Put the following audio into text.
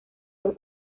los